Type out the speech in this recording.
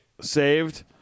saved